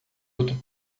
outro